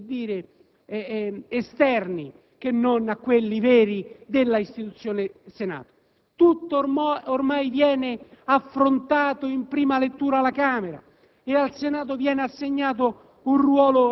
(siamo più rivolti a problemi esterni che non a quelli veri dell'istituzione Senato). Tutto ormai viene affrontato in prima lettura alla Camera